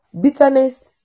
Bitterness